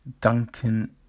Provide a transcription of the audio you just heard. Duncan